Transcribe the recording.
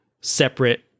separate